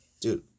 dude